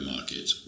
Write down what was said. Market